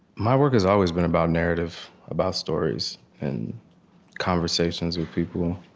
my work has always been about narrative, about stories and conversations with people.